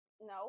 No